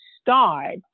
start